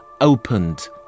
opened